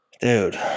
Dude